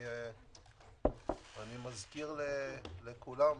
אני מזכיר לכולם,